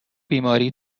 بیماری